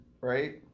right